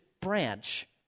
branch